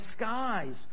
skies